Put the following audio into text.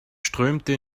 strömte